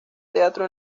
teatro